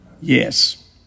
yes